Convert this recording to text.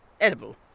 edible